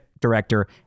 director